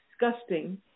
disgusting